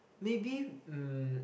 maybe um